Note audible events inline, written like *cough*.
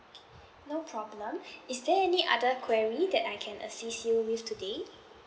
no problem *breath* is there any other query that I can assist you with today